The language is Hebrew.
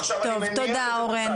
עכשיו, אני -- טוב, תודה אורן.